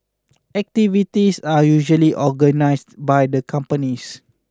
activities are usually organised by the companies